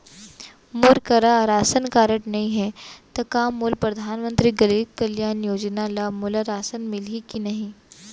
मोर करा ration card नहीं है त का मोल परधानमंतरी गरीब कल्याण योजना ल मोला राशन मिलही कि नहीं?